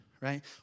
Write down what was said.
right